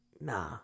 nah